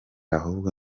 ahubwo